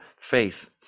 faith